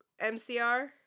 MCR